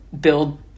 build